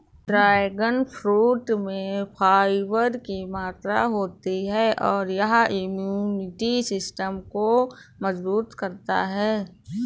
dragon fruit में fibre की मात्रा होती है और यह इम्यूनिटी सिस्टम को मजबूत करता है